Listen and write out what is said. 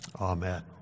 Amen